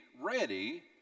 ready